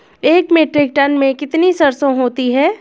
एक metric tonne में कितनी सरसों होती है?